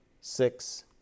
six